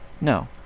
No